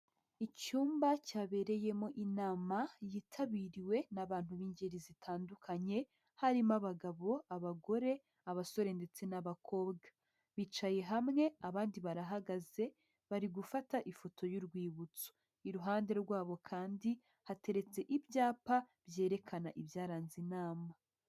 Icyumba cyabereyemo inama yitabiriwe n'abantu b'ingeri zitandukanye harimo abagabo, abagore, abasore ndetse n'abakobwa. Bicaye hamwe abandi barahagaze bari gufata ifoto y'urwibutso. Iruhande rwabo kandi hateretse ibyapa byerekana ibyaranze inama.